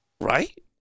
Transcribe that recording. Right